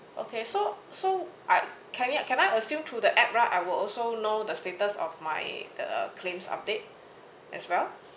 okay so so I can you can I assume through the app right I will also know the status of my the claims update as well